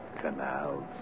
Canals